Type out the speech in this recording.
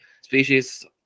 species